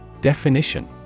Definition